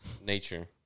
nature